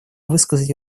высказать